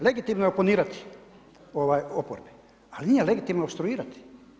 Legitimno je oponirati oporbi, ali nije legitimno opstruirati.